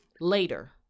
later